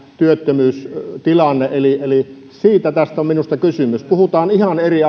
työttömyystilanne eli eli siitä tässä on minusta kysymys puhutaan ihan eri